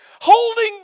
holding